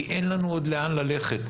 כי אין לנו עוד לאן ללכת.